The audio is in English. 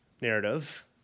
narrative